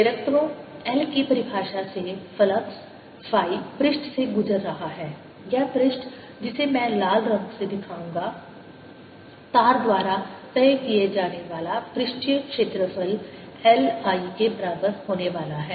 प्रेरकत्व L की परिभाषा से फ्लक्स फाई पृष्ठ से गुजर रहा है यह पृष्ठ जिसे मैं लाल रंग से दिखाऊंगा तार द्वारा तय किया जाने वाला पृष्ठीय क्षेत्रफल L I के बराबर होने वाला है